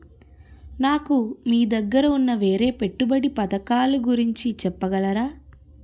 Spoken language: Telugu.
నాకు మీ దగ్గర ఉన్న వేరే పెట్టుబడి పథకాలుగురించి చెప్పగలరా?